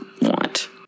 want